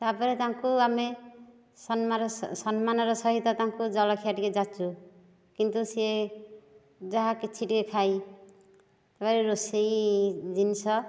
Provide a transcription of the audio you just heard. ତାପରେ ତାଙ୍କୁ ଆମେ ସମ୍ମାନର ସମ୍ମାନର ସହିତ ତାଙ୍କୁ ଜଳଖିଆ ଟିକେ ଯାଚୁ କିନ୍ତୁ ସିଏ ଯାହା କିଛି ଟିକେ ଖାଇ ଘରେ ରୋଷେଇ ଜିନିଷ